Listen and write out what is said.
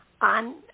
on